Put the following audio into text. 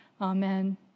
Amen